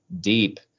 deep